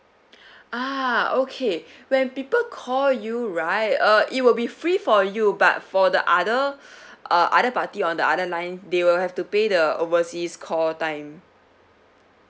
ah okay when people call you right uh it will be free for you but for the other uh other party on the other line they will have to pay the overseas call time